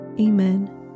Amen